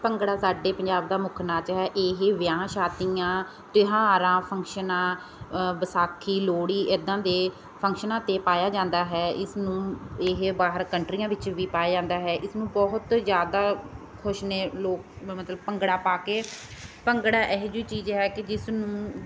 ਭੰਗੜਾ ਸਾਡੇ ਪੰਜਾਬ ਦਾ ਮੁੱਖ ਨਾਚ ਹੈ ਇਹ ਵਿਆਹ ਸ਼ਾਦੀਆਂ ਤਿਉਹਾਰਾਂ ਫੰਕਸ਼ਨਾਂ ਵਿਸਾਖੀ ਲੋਹੜੀ ਇੱਦਾਂ ਦੇ ਫੰਕਸ਼ਨਾਂ 'ਤੇ ਪਾਇਆ ਜਾਂਦਾ ਹੈ ਇਸ ਨੂੰ ਇਹ ਬਾਹਰ ਕੰਟਰੀਆਂ ਵਿੱਚ ਵੀ ਪਾਇਆ ਜਾਂਦਾ ਹੈ ਇਸਨੂੰ ਬਹੁਤ ਜ਼ਿਆਦਾ ਖੁਸ਼ ਨੇ ਲੋਕ ਮਤਲਬ ਭੰਗੜਾ ਪਾ ਕੇ ਭੰਗੜਾ ਇਹੋ ਜਿਹੀ ਚੀਜ਼ ਹੈ ਕਿ ਜਿਸ ਨੂੰ